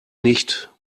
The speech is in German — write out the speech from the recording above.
nicht